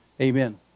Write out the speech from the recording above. Amen